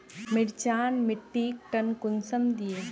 मिर्चान मिट्टीक टन कुंसम दिए?